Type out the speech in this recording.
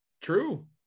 True